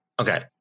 okay